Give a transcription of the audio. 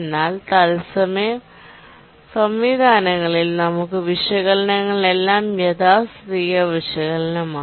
എന്നാൽ തത്സമയ സംവിധാനങ്ങളിൽ നമ്മുടെവിശകലനങ്ങളെല്ലാം യാഥാസ്ഥിതിക വിശകലനമാണ്